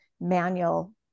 manual